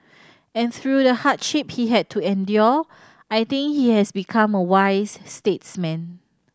and through the hardship he had to endure I think he has become a wise statesman